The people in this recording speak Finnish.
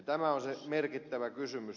tämä on se merkittävä kysymys